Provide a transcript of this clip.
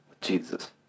Jesus